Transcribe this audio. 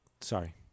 Sorry